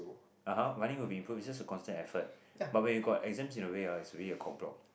(uh huh) running will be improved it's just a constant effort but when you got exams in the way ah it's really a cock block